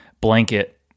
blanket